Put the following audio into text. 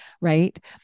right